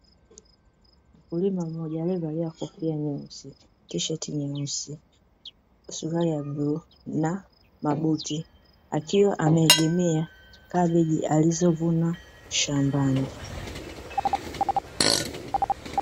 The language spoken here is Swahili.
Mkulima mmoja aliye valia kofia nyeusi, tisheti nyeusi, suruali ya bluu na mabuti akiwa ameegemea kabeji alizo vuna shambani